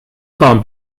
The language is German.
form